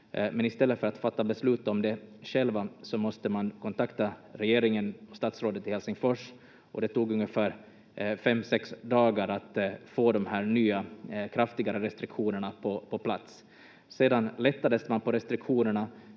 men i stället för att fatta beslut om det själva måste man kontakta regeringen, statsrådet i Helsingfors, och det tog ungefär 5—6 dagar att få de här nya, kraftigare restriktionerna på plats. Sedan lättade man på restriktionerna